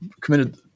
committed